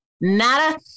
Nada